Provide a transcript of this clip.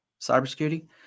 Cybersecurity